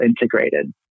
integrated